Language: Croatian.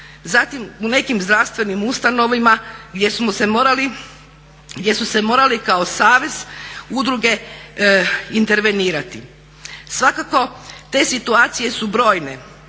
zatim u nekim zdravstvenim ustanovama gdje smo su se morali kao savez udruge intervenirati. Svakako te situacije su brojne